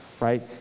right